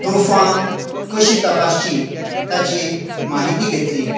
प्रुफां कशीं तपासची ताची म्हायती घेतली